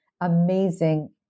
amazing